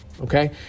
okay